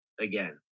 again